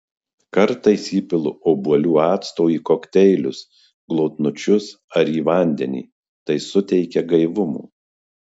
kartais įpilu obuolių acto į kokteilius glotnučius ar į vandenį tai suteikia gaivumo